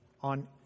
on